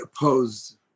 opposed